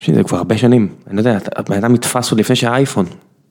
שזה כבר הרבה שנים, אני לא יודע, בן אדם נתפס עוד לפני שהיה אייפון.